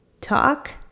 talk